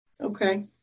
Okay